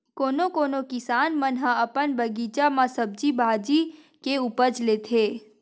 कोनो कोनो किसान मन ह अपन बगीचा म सब्जी भाजी के उपज लेथे